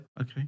Okay